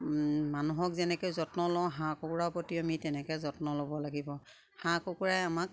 মানুহক যেনেকৈ যত্ন লওঁ হাঁহ কুকুৰা প্ৰতি আমি তেনেকে যত্ন ল'ব লাগিব হাঁহ কুকুৰাই আমাক